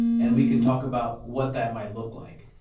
and we can talk about what that might look like.